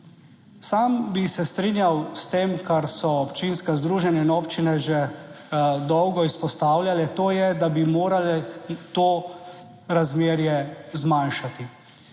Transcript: Sam bi se strinjal s tem, kar so občinska združenja in občine že dolgo izpostavljale, to je, da bi morale to razmerje zmanjšati.